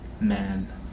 man